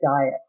diet